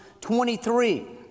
23